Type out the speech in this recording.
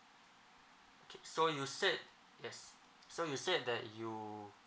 okay so you said yes so you said that you